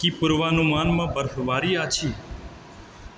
की पूर्वानुमानमे बर्फबारी अछि